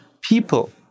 people